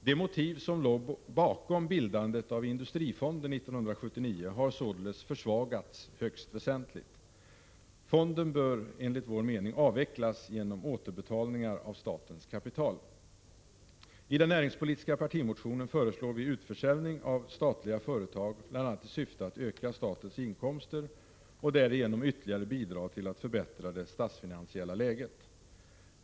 De motiv som låg bakom bildandet av industrifonden 1979 har således försvagats högst väsentligt. Fonden bör enligt vår mening avvecklas genom återbetalningar av statens kapital. I den näringspolitiska partimotionen föreslår vi utförsäljning av statliga företag, bl.a. i syfte att öka statens inkomster och därigenom ytterligare bidra till att förbättra det statsfinansiella läget.